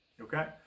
Okay